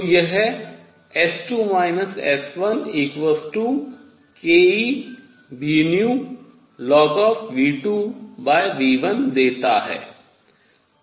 तो यह S2 S1kEβνln⁡V2V1 देता है